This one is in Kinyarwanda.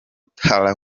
tarah